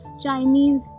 Chinese